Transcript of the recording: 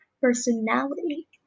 personality